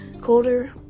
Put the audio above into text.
colder